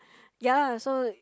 ya lah so